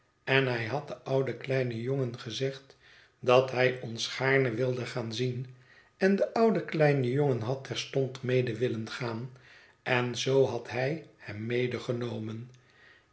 en hij had den ouden kleinen jongen gezegd dat hij ons gaarne wilde gaan zien en de oude kleine jongen had terstond mede willen gaan en zoo had hij hem